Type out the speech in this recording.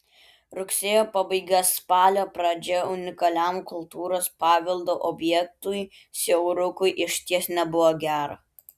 rugsėjo pabaiga spalio pradžia unikaliam kultūros paveldo objektui siaurukui išties nebuvo gera